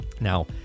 Now